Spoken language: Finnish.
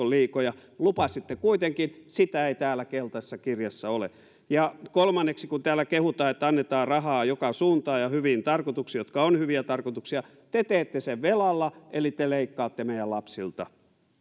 liikoja lupasitte kuitenkin sitä ei täällä keltaisessa kirjassa ole ja kolmanneksi kun täällä kehutaan että annetaan rahaa joka suuntaan ja hyviin tarkoituksiin jotka ovat hyviä tarkoituksia te teette sen velalla eli te leikkaatte meidän lapsiltamme